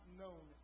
known